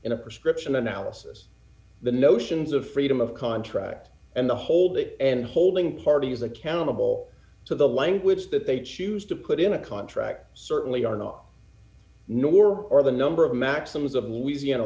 in a prescription analysis the notions of freedom of contract and the hold it and holding parties accountable d to the language that they choose to put in a contract certainly are not nor are the number of maxims of louisiana